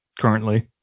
currently